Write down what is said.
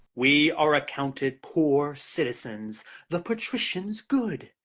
we are accounted poor citizens the patricians good.